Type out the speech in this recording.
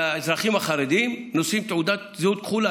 והאזרחים החרדים נושאים תעודת זהות כחולה.